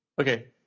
Okay